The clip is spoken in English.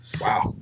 Wow